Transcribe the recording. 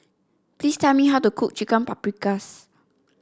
please tell me how to cook Chicken Paprikas